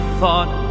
thought